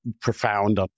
profound